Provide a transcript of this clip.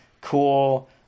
Cool